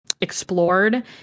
explored